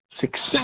Success